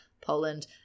Poland